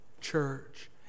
church